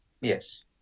yes